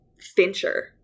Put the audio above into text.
Fincher